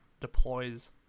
deploys